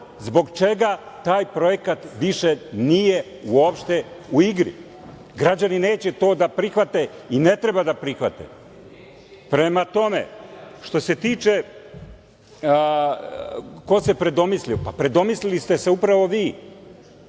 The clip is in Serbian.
zbog čega taj projekat više nije uopšte u igri. Građani neće to da prihvate, i ne treba da prihvate. Prema tome, što se tiče ko se predomislio, pa predomislili ste se upravo vi